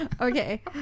Okay